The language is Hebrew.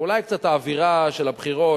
ואולי קצת האווירה של הבחירות,